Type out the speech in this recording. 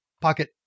pocket